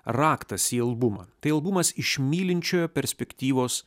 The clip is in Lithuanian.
raktas į albumą tai albumas iš mylinčiojo perspektyvos